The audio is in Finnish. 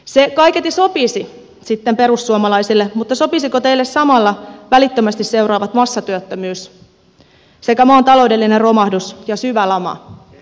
se kaiketi sopisi sitten perussuomalaisille mutta sopisiko teille samalla välittömästi seuraavat massatyöttömyys sekä maan taloudellinen romahdus ja syvä lama